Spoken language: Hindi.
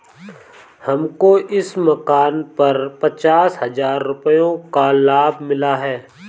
हमको इस मकान पर पचास हजार रुपयों का लाभ मिला है